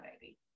baby